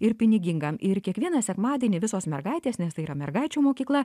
ir pinigingam ir kiekvieną sekmadienį visos mergaitės nes tai yra mergaičių mokykla